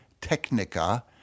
Technica